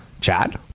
Chad